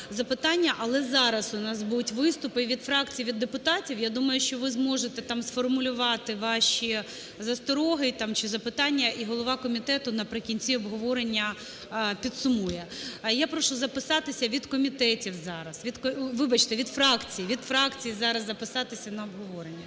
Але зараз у нас будуть виступи від фракцій, від депутатів, я думаю, що ви зможете там сформулювати ваші застороги чи запитання, і голова комітету наприкінці обговорення підсумує. Я прошу записатися від комітетів зараз. Вибачте, від фракцій, від фракцій зараз записатися на обговорення.